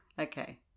okay